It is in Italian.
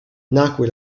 nacque